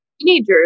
teenagers